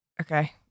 okay